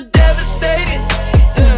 devastated